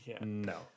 no